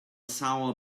sour